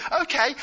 okay